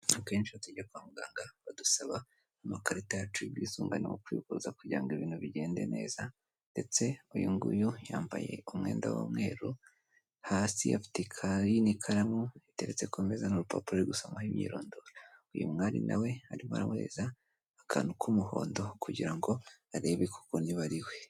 Akenshi iyo tujya kwa muganga badusaba amakarita yacu y'ubwisungane mu kwivuza kugira ngo ibintu bigende neza ndetse uyu nguyu yambaye umwenda w'umweru, hasi afite ikayi n'ikaramu biteretse ku meza n'urupapuro ari gusomaho imyirondoro, uyu mwari na we arimo aramuhereza akantu k'umuhondo kugira ngo arebe koko niba ari we.